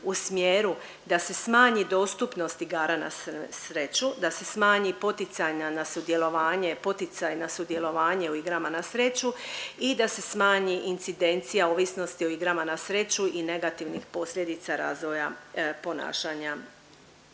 u smjeru da se smanji dostupnost igara na sreću, da se smanji poticanja na sudjelovanje, poticaj na sudjelovanje u igrama na sreću i da se smanji incidencija ovisnosti o igrama na sreću i negativnih posljedica razvoja ponašanja